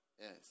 Yes